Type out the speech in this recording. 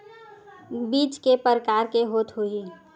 बीज के प्रकार के होत होही?